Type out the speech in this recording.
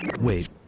Wait